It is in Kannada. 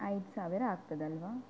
ಐದು ಸಾವಿರ ಆಗ್ತದಲ್ಲವಾ